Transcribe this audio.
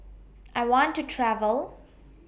I want to travel